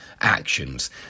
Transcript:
actions